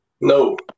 No